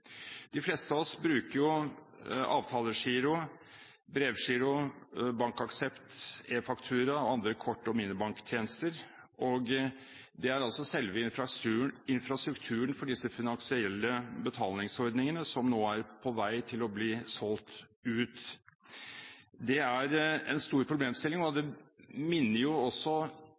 De fleste av oss bruker avtalegiro, brevgiro, bankaksept, e-faktura og andre kort- og minibanktjenester. Det er altså selve infrastrukturen for disse finansielle betalingsordningene som nå er på vei til å bli solgt ut. Det er en stor problemstilling og minner oss også på at utviklingen stadig ligger foran. Det